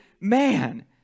man